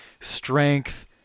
strength